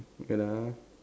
wait ah